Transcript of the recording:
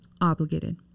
obligated